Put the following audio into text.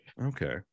Okay